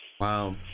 Wow